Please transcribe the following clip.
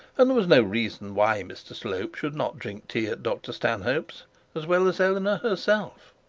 and there was no reason why mr slope should not drink tea at dr stanhope's as well as eleanor herself.